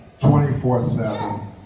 24/7